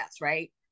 right